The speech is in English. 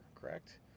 correct